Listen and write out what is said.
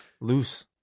Loose